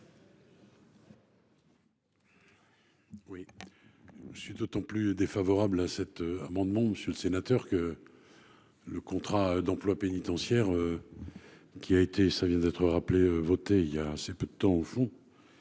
? Je suis d'autant plus défavorable à cet amendement, monsieur le sénateur, que le contrat d'emploi pénitentiaire qui a été voté il y a assez peu de temps, comme